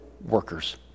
workers